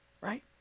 Right